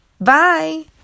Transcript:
Bye